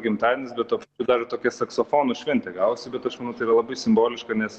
gimtadienis be to dar tokia saksofonų šventė gavosi bet aš manau tai yra labai simboliška nes